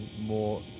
more